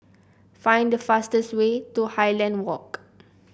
find the fastest way to Highland Walk